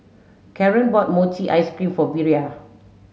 Karren bought Mochi Ice Cream for Bria